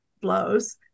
blows